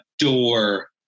adore